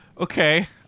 Okay